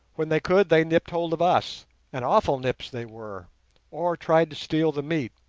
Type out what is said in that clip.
when they could they nipped hold of us and awful nips they were or tried to steal the meat.